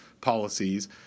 policies